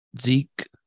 Zeke